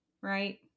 right